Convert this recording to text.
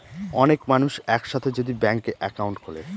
অনেক মানুষ এক সাথে যদি ব্যাংকে একাউন্ট খুলে